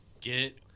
Get